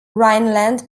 rhineland